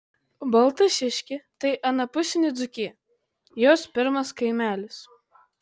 baltašiškė tai anapusinė dzūkija jos pirmas kaimelis